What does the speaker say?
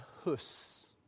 Hus